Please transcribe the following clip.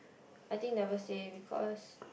I think never say because